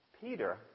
Peter